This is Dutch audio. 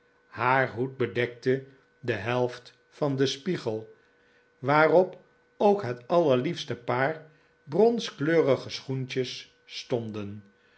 haar hoed bedekte de helft van den spiegel waarop ook het allerliefste paar bronskleurige schoentjes stonden